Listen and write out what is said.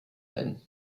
then